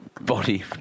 body